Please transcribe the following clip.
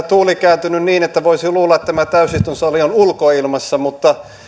tuuli kääntynyt niin että voisi luulla että tämä täysistuntosali on ulkoilmassa mutta